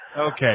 Okay